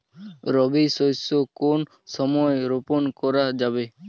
রবি শস্য কোন সময় রোপন করা যাবে?